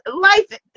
life